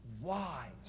wise